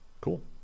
Cool